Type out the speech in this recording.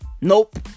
nope